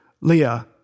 Leah